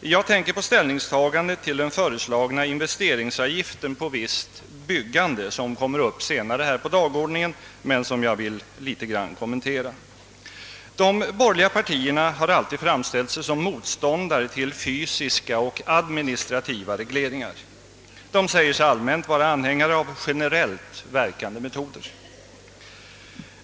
Jag tänker på ställningstagandet till den föreslagna investeringsavgiften på visst byggande, som kommer upp här senare på dagordningen men som jag vill kommentera något. De borgerliga partierna har alltid framställt sig som motståndare till fysiska och administrativa regleringar. De säger sig allmänt vara anhängare av generellt verkande metoder.